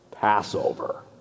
Passover